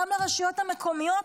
גם לרשויות המקומיות?